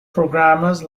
programmers